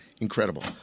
incredible